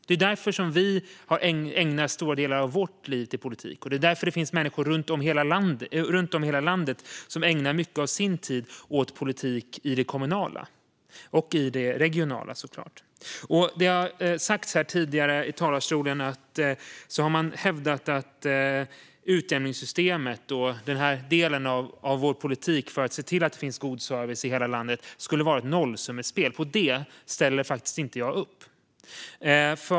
Det är därför som vi ägnar stora delar av våra liv åt politik, och det är därför det finns människor i hela landet som ägnar mycket av sin tid åt politik i det kommunala och i det regionala. Man har tidigare i talarstolen hävdat att utjämningssystemet och vår politik för att se till att det finns god service i hela landet skulle vara ett nollsummespel. På det ställer jag faktiskt inte upp.